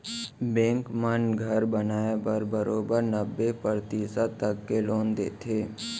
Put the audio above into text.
bank मन घर बनाए बर बरोबर नब्बे परतिसत तक के लोन देथे